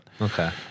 okay